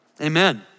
amen